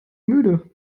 müde